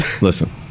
Listen